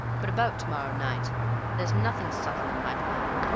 but about to-morrow night there's nothing subtle in my plan.